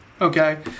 Okay